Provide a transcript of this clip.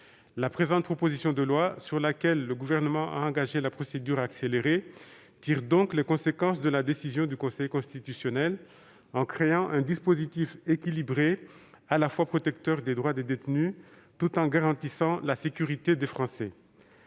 La présente proposition de loi, sur laquelle le Gouvernement a engagé la procédure accélérée, tire les conséquences de la décision du Conseil constitutionnel, en créant un dispositif équilibré, à la fois protecteur des droits des détenus et garant de la sécurité des Français.